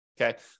okay